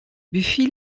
buffy